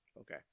Okay